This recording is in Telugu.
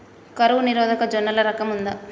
కరువు నిరోధక జొన్నల రకం ఉందా?